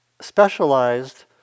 specialized